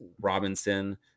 Robinson